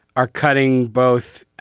are cutting both.